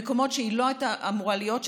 במקומות שהיא לא אמורה להיות,